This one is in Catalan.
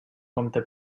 compte